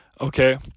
Okay